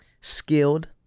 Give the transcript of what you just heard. skilled